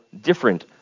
different